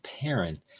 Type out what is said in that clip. parent